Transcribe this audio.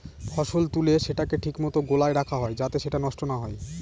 ফসল তুলে সেটাকে ঠিক মতো গোলায় রাখা হয় যাতে সেটা নষ্ট না হয়